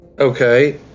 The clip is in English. Okay